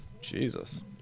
Jesus